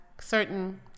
certain